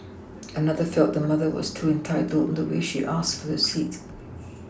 another felt the mother was too entitled in the way she asked for the seat